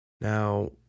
Now